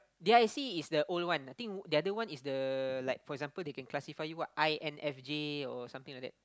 D_I_C is the old one think the other one is the like for example they can classify you what i_n_f_j or something like that